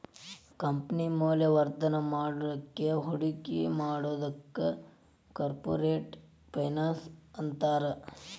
company ಮೌಲ್ಯವರ್ಧನ ಮಾಡ್ಲಿಕ್ಕೆ ಹೂಡಿಕಿ ಮಾಡೊದಕ್ಕ ಕಾರ್ಪೊರೆಟ್ ಫೈನಾನ್ಸ್ ಅಂತಾರ